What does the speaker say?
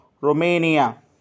Romania